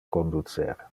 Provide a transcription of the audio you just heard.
conducer